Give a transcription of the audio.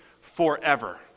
forever